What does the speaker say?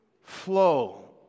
flow